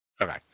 Okay